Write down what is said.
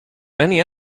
many